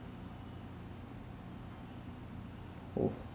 oh